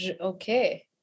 Okay